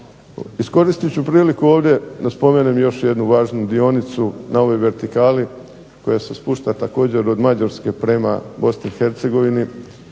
Iskoristit ću priliku ovdje da spomenem još jednu važnu dionicu na ovoj vertikali koja se spušta također od Mađarske prema Bosni i Hercegovini,